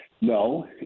no